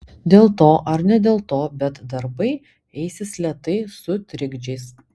dėl to ar ne dėl to bet darbai eisis lėtai su trikdžiais